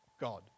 God